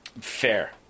fair